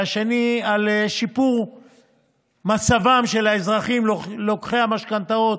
והשני לשיפור מצבם של האזרחים לוקחי המשכנתאות,